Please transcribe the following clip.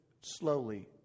slowly